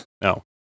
No